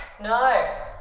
No